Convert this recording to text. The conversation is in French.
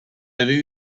avez